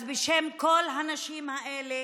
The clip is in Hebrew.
אז בשם כל הנשים האלה